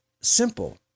simple